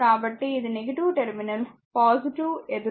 కాబట్టి ఇది టెర్మినల్ ఎదుర్కొంటుంది